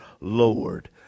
Lord